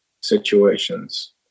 situations